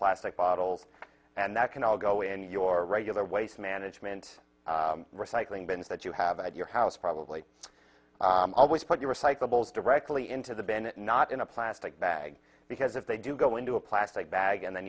plastic bottles and that can all go in your regular waste management recycling bins that you have at your house probably always put your recyclables directly into the bin not in a plastic bag because if they do go into a plastic bag and then